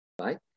right